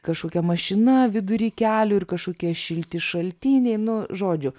kažkokia mašina vidury kelio ir kažkokie šilti šaltiniai nu žodžiu